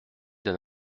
d’un